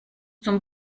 zum